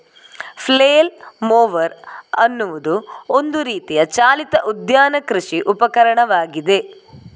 flail mower ಎನ್ನುವುದು ಒಂದು ರೀತಿಯ ಚಾಲಿತ ಉದ್ಯಾನ ಕೃಷಿ ಉಪಕರಣವಾಗಿದೆ